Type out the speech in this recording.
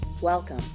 Welcome